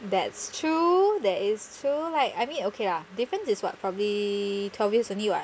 that's true that is true like I mean okay lah difference is what probably twelve years only [what]